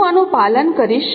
હું આનું પાલન કરીશ